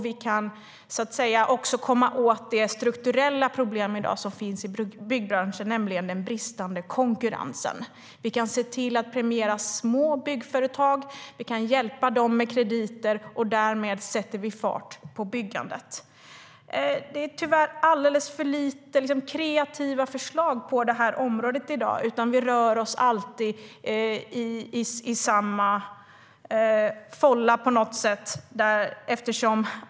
Vi kan också komma åt det strukturella problem som finns i byggbranschen i dag, nämligen den bristande konkurrensen. Vi kan se till att premiera små byggföretag och hjälpa dem med krediter. Därmed sätter vi fart på byggandet. Det finns tyvärr alldeles för få kreativa förslag på det här området i dag. Vi rör oss alltid i samma fålla.